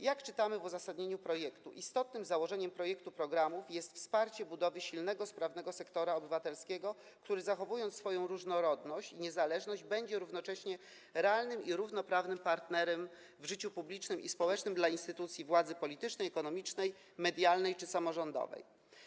Jak czytamy w uzasadnieniu projektu: „Istotnym założeniem projektu programów jest wsparcie budowy silnego, sprawnego sektora obywatelskiego, który zachowując swoją różnorodność i niezależność, będzie równocześnie realnym i równoprawnym partnerem w życiu publicznym i społecznym dla instytucji władzy politycznej, ekonomicznej, medialnej czy samorządowej”